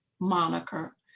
moniker